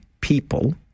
people